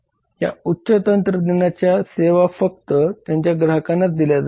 या उच्च तंत्रज्ञानाच्या सेवा फक्त त्यांच्या ग्राहकांनाच दिल्या जातात